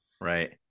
Right